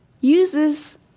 uses